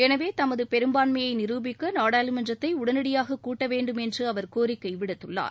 எனவே தனது பெரும்பாண்மையை நிரூபிக்க நாடாளுமன்றத்தை உடனடியாக கூட்ட வேண்டும் என்று அவர் கோரிக்கை விடுத்துள்ளார்